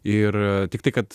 ir tiktai kad